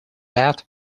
bath